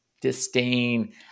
disdain